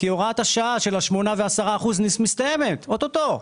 כי הוראת השעה של ה-8% וה-10% מסתיימת אוטוטו.